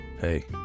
hey